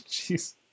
jeez